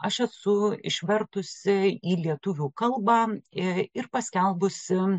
aš esu išvertusi į lietuvių kalbą ir paskelbusi